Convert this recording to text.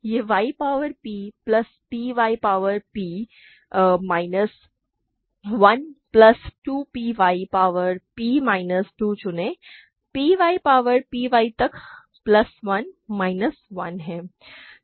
यह y power p plus p y power p minus 1 plus p 2 y power p minus 2 चुनें p y power py तक plus 1 minus 1 है